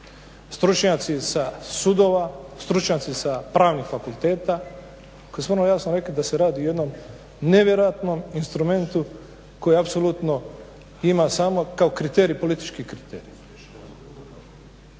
stručnjaci sa sudova, stručnjaci sa pravnih fakulteta koje smo vrlo jasno rekli da se radi o jednom nevjerojatnom instrumentu koji apsolutno ima samo kao kriterij politički kriterij.